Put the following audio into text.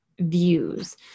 views